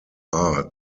are